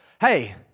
Hey